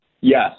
Yes